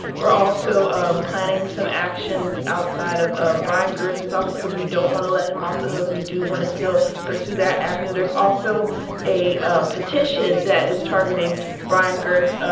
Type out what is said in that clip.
we're also planning some actions outside of of brian gertz's office because we don't want to let him off the hook. we do want to still pursue that avenue. there's also a petition that is targeting brian gertz.